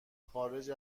خارج